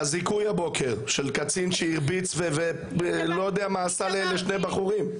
זיכוי הבוקר של קצין שהרביץ ולא יודע מה עשה לשני בחורים,